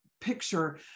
picture